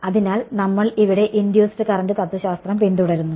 അതിനാൽ നമ്മൾ ഇവിടെ ഇൻഡ്യൂസ്ഡ് കറന്റ് തത്വശാസ്ത്രം പിന്തുടരുന്നു